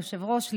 היושב-ראש,